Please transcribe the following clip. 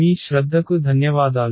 మీ శ్రద్ధకు ధన్యవాదాలు